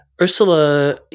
ursula